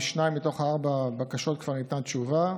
על שתיים מתוך ארבע הבקשות כבר ניתנה תשובה.